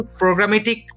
programmatic